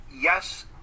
Yes